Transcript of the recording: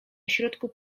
środku